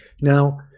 Now